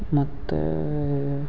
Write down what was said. ಮತ್ತು